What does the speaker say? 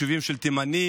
יישובים של תימנים,